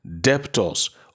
Debtors